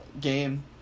game